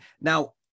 now